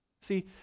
See